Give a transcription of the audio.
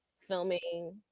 filming